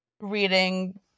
reading